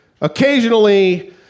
occasionally